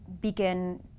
begin